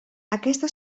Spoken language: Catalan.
aquesta